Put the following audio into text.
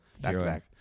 back-to-back